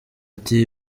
ati